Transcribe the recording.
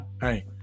hey